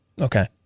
Okay